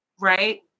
Right